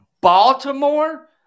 Baltimore